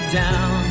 down